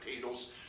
potatoes